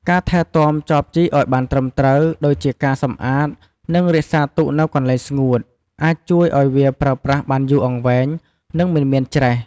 ការថែទាំចបជីកឱ្យបានត្រឹមត្រូវ ដូចជាការសម្អាត និងរក្សាទុកនៅកន្លែងស្ងួត អាចជួយឱ្យវាប្រើប្រាស់បានយូរអង្វែង និងមិនមានច្រេះ។